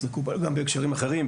שמקובל גם בהקשרים אחרים,